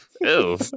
Ew